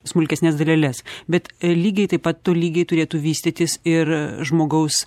smulkesnes daleles bet lygiai taip pat tolygiai turėtų vystytis ir žmogaus